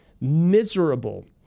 miserable